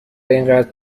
اینقدر